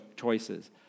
choices